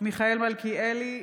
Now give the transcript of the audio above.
מיכאל מלכיאלי,